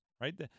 right